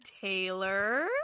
Taylor